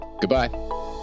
Goodbye